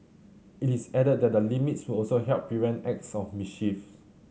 it is added that the limits would also help prevent acts of mischiefs